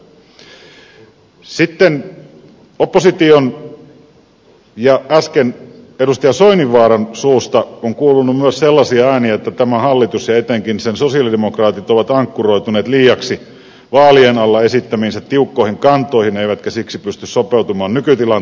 opposition ja äsken edustaja soininvaaran suusta on kuulunut myös sellaisia ääniä että tämä hallitus ja etenkin sen sosialidemokraatit ovat ankkuroituneet liiaksi vaalien alla esittämiinsä tiukkoihin kantoihin eivätkä siksi pysty sopeutumaan nykytilanteisiin